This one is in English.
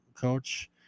coach